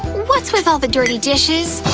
what's with all the dirty dishes!